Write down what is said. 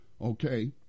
Okay